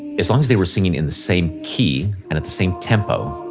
as long as they were singing in the same key and at the same tempo.